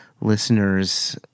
listeners